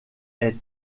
est